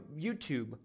YouTube